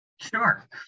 Sure